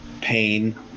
pain